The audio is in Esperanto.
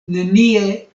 nenie